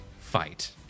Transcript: fight